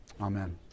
Amen